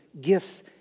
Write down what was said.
gifts